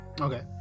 okay